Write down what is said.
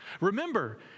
remember